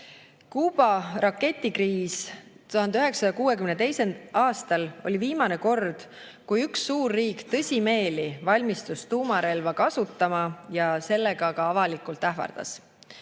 Kuuba raketikriis 1962. aastal oli viimane kord, kui üks suurriik tõsimeeli valmistus tuumarelva kasutama ja sellega ka avalikult ähvardas.